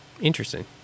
Interesting